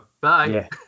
Bye